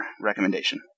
recommendation